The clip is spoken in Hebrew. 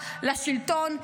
לשלטון,